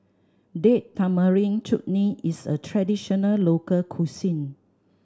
Date Tamarind Chutney is a traditional local cuisine